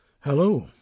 Hello